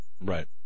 right